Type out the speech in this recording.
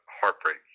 heartbreak